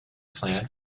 plan